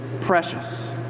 precious